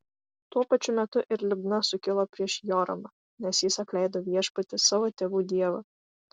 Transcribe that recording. tuo pačiu metu ir libna sukilo prieš joramą nes jis apleido viešpatį savo tėvų dievą